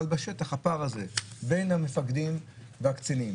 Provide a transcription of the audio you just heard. אבל בשטח הפער הזה בין המפקדים והקצינים